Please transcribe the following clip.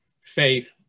faith